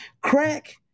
Crack